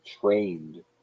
trained